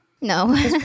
No